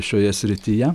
šioje srityje